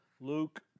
Luke